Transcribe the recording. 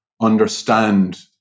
understand